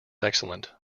excellent